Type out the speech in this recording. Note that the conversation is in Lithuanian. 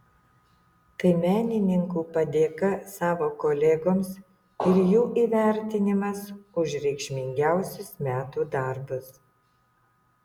tai menininkų padėka savo kolegoms ir jų įvertinimas už reikšmingiausius metų darbus